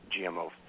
GMO